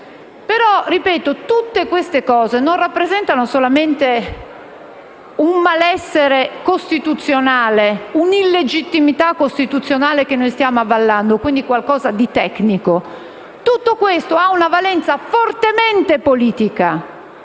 Ripeto che tutto questo non rappresenta solamente un malessere costituzionale, una illegittimità costituzionale che noi stiamo avallando e, quindi, qualcosa di tecnico. Tutto questo ha una valenza fortemente politica,